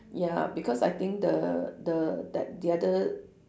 ya because I think the the that the other